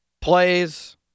plays